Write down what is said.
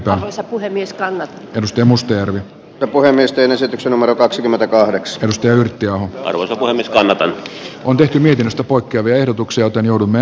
herra puhemies gal edusti mustajärvi ja puhemiesten esityksen oma kaksikymmentäkahdeksans ja yhtiö on valmis kanada on tehty mitasta poikkeavia ehdotuksia työn joudumme